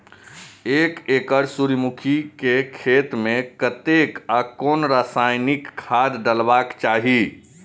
एक एकड़ सूर्यमुखी केय खेत मेय कतेक आ कुन रासायनिक खाद डलबाक चाहि?